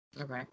okay